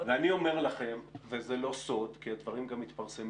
ואני אומר לכם וזה לא סוד כי הדברים גם מתפרסמים